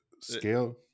scale